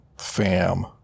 Fam